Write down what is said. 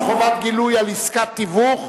חובת גילוי על עסקת תיווך),